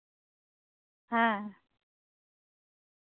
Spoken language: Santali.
ᱦᱮᱸ